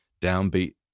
downbeat